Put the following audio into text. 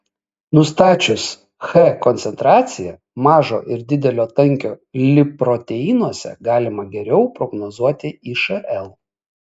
nustačius ch koncentraciją mažo ir didelio tankio lipoproteinuose galima geriau prognozuoti išl